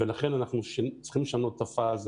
ולכן אנחנו צריכים לשנות את הפאזה.